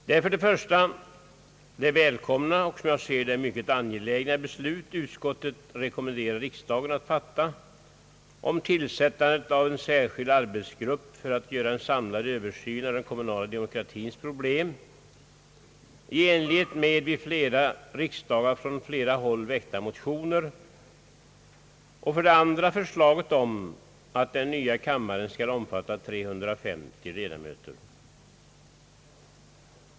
Det är för det första det mycket välkomna och som jag ser det mycket angelägna beslut utskottet rekommenderar riksdagen att fatta om tillsättandet av en särskild arbetsgrupp för att göra en samlad översyn av den kommunala demokratins problem i enlighet med vid flera riksdagar från många håll väckta motioner. För det andra är det förslaget om att den nya kammaren skall omfatta 350 ledamöter.